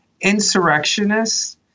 insurrectionists